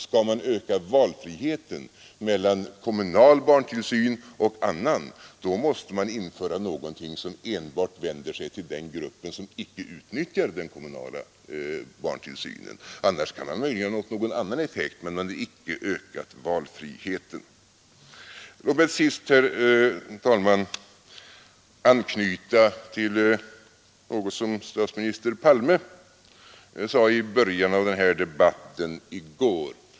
Skall man öka valfriheten mellan kommunal barntillsyn och annan, då måste man införa någonting som enbart vänder sig till den grupp som icke utnyttjar den kommunala barntillsynen. Eljest kan man möjligen uppnå någon annan effekt, men man har icke ökat valfriheten. Låt mig så, herr talman, anknyta till något som statsminister Palme sade i början av den här debatten i går.